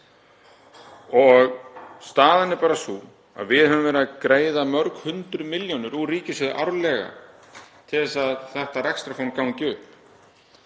Staðan er bara sú að við höfum verið að greiða mörg hundruð milljónir úr ríkissjóði árlega til að þetta rekstrarform gangi upp.